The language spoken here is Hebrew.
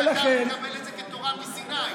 ואתה מקבל את זה כתורה מסיני.